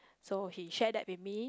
so he shared that with me